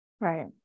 Right